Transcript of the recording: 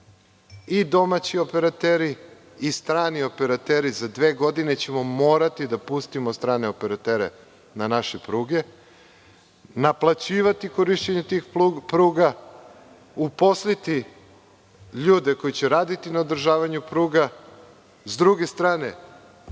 i domaći operateri i strani operateri. Za dve godine ćemo morati da pustimo strane operatere na naše pruge, naplaćivati korišćenje tih pruga, uposliti ljude koji će raditi na održavanju pruga. Sa druge strane,